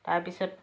তাৰপিছত